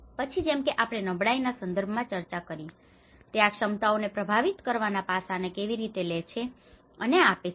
પછી જેમ કે આપણે નબળાઈના સંદર્ભમાં ચર્ચા કરી તે આ ક્ષમતાઓને પ્રભાવિત કરવાના પાસાને કેવી રીતે લે છે અને આપે છે